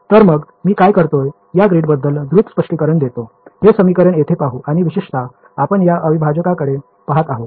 तर मग मी काय करतोय या ग्रीडबद्दल द्रुत स्पष्टीकरण देतो हे समीकरण येथे पाहू आणि विशेषतः आपण या अविभाजकाकडे पहात आहोत